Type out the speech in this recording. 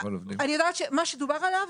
בדוח דובר,